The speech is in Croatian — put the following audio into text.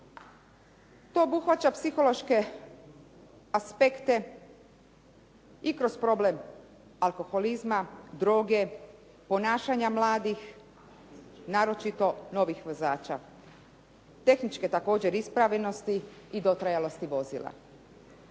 To obuhvaća psihološke aspekte i kroz problem alkoholizma, droge, ponašanja mladih naročito novih vozača. Tehničke također ispravnosti i dotrajalosti vozila.